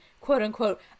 quote-unquote